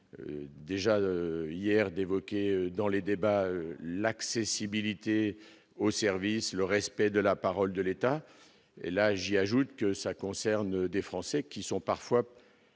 déjà hier d'évoquer dans les débats, l'accessibilité aux services, le respect de la parole de l'État, et là, j'ajoute que ça concerne des Français qui sont parfois